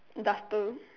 duster